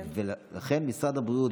ולכן משרד הבריאות,